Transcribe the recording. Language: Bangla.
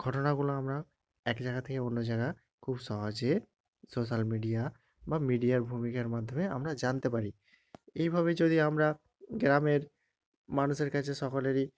ঘটনাগুলো আমরা এক জায়গা থেকে অন্য জায়গা খুব সহজে সোশ্যাল মিডিয়া বা মিডিয়ার ভূমিকার মাধ্যমে আমরা জানতে পারি এইভাবে যদি আমরা গ্রামের মানুষের কাছে সকলেরই